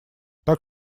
так